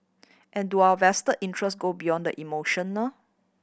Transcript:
but do our vested interest go beyond the emotional